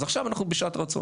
אז עכשיו אנחנו בשעת רצון.